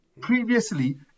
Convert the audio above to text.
previously